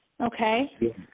Okay